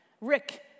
Rick